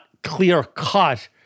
clear-cut